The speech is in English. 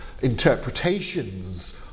interpretations